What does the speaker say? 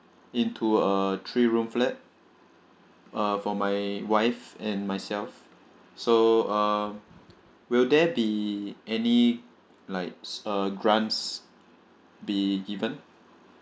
into a three room flat uh for my wife and myself so uh will there be any likes uh grants be given